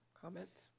Comments